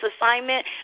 assignment